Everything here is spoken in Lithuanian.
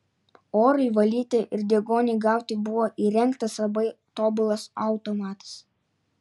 orui valyti ir deguoniui gauti buvo įrengtas labai tobulas automatas